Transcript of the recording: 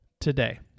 today